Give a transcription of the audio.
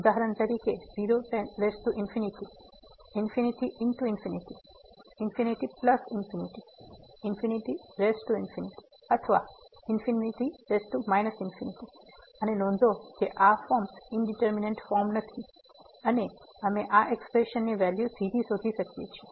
ઉદાહરણ તરીકે 0∞×∞∞∞ અથવા ∞ અને નોંધો કે આ ફોર્મ્સ ઇંડીટરમીનેટ ફોર્મ નથી અને અમે આ એક્સપ્રેશન ની વેલ્યુ સીધી શોધી શકીએ છીએ